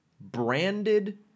branded